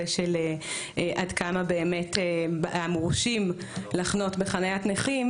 ועד כמה באמת המורשים לחנות בחניית נכים